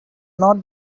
not